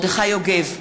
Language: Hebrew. מרדכי יוגב,